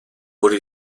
wurde